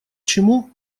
чему